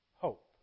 hope